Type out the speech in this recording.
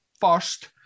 first